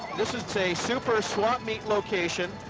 this is a super swapmeet location.